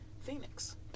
Phoenix